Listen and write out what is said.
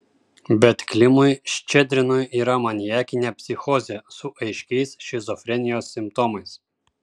bet klimui ščedrinui yra maniakinė psichozė su aiškiais šizofrenijos simptomais